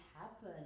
happen